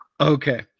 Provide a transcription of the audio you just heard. Okay